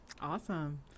awesome